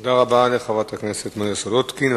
תודה רבה לחברת הכנסת מרינה סולודקין.